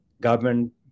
government